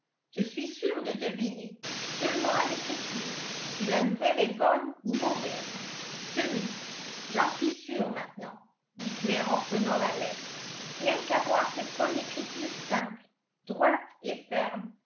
je suis sûre de deviner seulement à l'écriture si la nouvelle est bonne ou mauvaise tenez j'en suis sûre maintenant dit claire en prenant la lettre rien qu'à voir cette bonne écriture simple droite et ferme